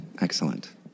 Excellent